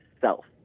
self